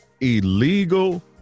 illegal